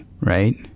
right